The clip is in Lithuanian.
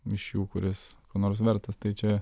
iš jų kuris ko nors vertas tai čia